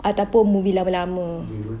atau pun movie lama-lama